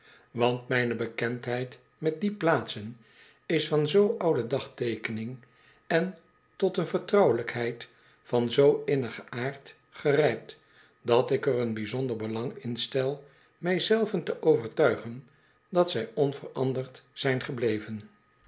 want mijne bekendheid met die plaatsen is van zoo oude dagteekening en tot eene vertrouwelijkheid van zoo innigen aard gerijpt dat ik er een bijzonder belang in stel mij zelven te overtuigen dat zij onveranderd zijn gebleven